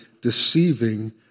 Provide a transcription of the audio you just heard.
deceiving